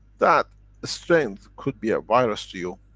that strength could be a virus to you.